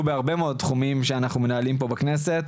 בהרבה מאוד תחומים שאנחנו מנהלים פה בכנסת,